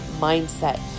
mindset